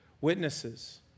witnesses